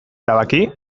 erabaki